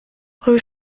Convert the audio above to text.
rue